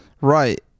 Right